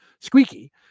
Squeaky